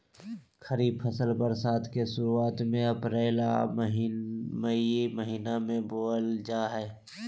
खरीफ फसल बरसात के शुरुआत में अप्रैल आ मई महीना में बोअल जा हइ